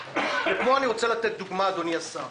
פה אני רוצה לתת דוגמה, אדוני השר,